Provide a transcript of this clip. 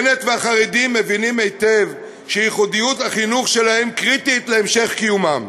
בנט והחרדים מבינים היטב שייחודיות החינוך שלהם קריטית להמשך קיומם.